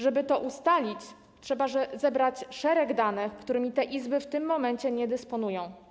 Żeby to ustalić, trzeba zebrać szereg danych, którymi te izby w tym momencie nie dysponują.